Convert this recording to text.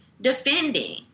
defending